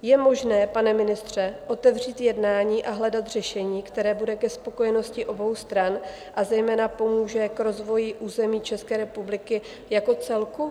Je možné, pane ministře, otevřít jednání a hledat řešení, které bude ke spokojenosti obou stran, a zejména pomůže k rozvoji území České republiky jako celku?